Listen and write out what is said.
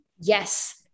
Yes